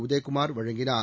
உதயகுமார் வழங்கினார்